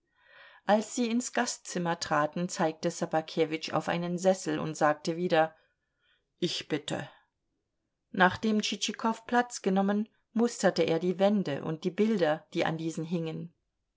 als sie ins gastzimmer traten zeigte ssobakewitsch auf einen sessel und sagte wieder ich bitte nachdem tschitschikow platz genommen musterte er die wände und die bilder die an diesen hingen